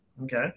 Okay